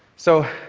so